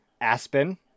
Aspen